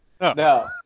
no